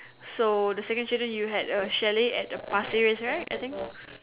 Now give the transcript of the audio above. so the second incident you had a chalet at Pasir-Ris right I think